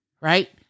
right